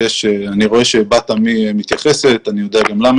רואה שבת עמי מתייחסת ואני יודע גם למה